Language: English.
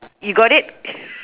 you got it